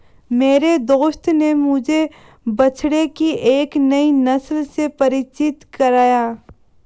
मेरे दोस्त ने मुझे बछड़े की एक नई नस्ल से परिचित कराया